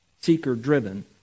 seeker-driven